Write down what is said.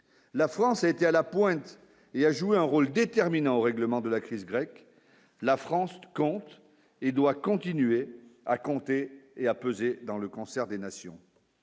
la France a été à la pointe, il y a joué un rôle déterminant au règlement de la crise grecque, la France compte et doit continuer à compter et à peser dans le concert des nations.